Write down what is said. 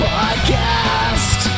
Podcast